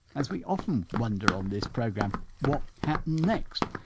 as we often wonder on this programme, what happened next?